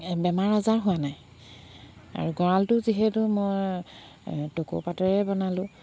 বেমাৰ আজাৰ হোৱা নাই আৰু গঁৰালটো যিহেতু মই টকৌপাতেৰে বনালোঁ